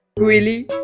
really?